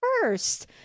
first